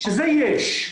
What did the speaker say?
שזה יש.